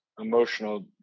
emotional